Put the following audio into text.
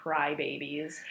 crybabies